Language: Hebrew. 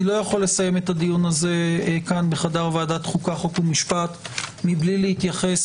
איני יכול לסיים אותו כאן בחדר ועדת חוקה חוק ומשפט מבלי להתייחס